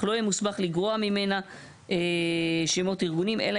אך לא יהיה מוסמך לגרוע ממנה שמות ארגוניים אלא